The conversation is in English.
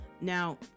now